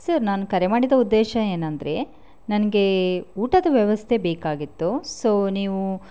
sir ನಾನು ಕರೆ ಮಾಡಿದ ಉದ್ದೇಶ ಏನಂದರೆ ನನಗೆ ಊಟದ ವ್ಯವಸ್ಥೆ ಬೇಕಾಗಿತ್ತು ಸೋ ನೀವು